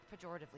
pejoratively